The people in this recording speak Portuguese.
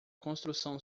construção